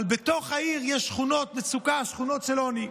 אבל בתוך העיר יש שכונות מצוקה, שכונות של עוני.